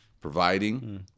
providing